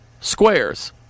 squares